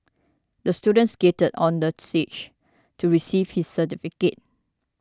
the student skated on the stage to receive his certificate